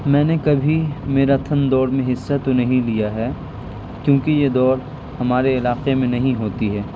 میں نے کبھی میراتھن دوڑ میں حصہ تو نہیں لیا ہے کیونکہ یہ دوڑ ہمارے علاقے میں نہیں ہوتی ہے